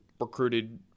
recruited –